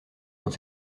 dans